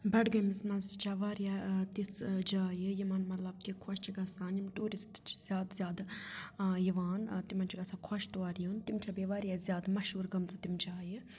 بَڈگٲمِس مَنٛز چھا واریاہ تِژھ جایہِ یِمَن مطلب کہِ خۄش چھِ گَژھان یِم ٹیوٗرِسٹ چھِ زیادٕ زیادٕ یِوان تِمَن چھُ گَژھان خۄش تور یُن تِم چھےٚ بیٚیہِ واریاہ زیادٕ مَشہوٗر گٔمژٕ تِم جایہِ